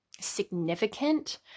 significant